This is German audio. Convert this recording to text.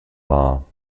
war